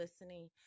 listening